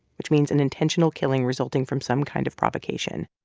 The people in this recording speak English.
which means an intentional killing resulting from some kind of provocation.